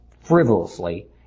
frivolously